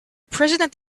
president